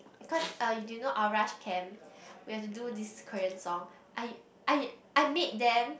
because uh do you know camp we had to do this Korean song I I I made them